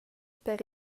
per